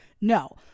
no